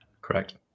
Correct